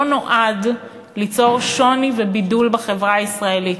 נועד ליצור שוני ובידול בחברה הישראלית.